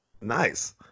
Nice